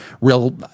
real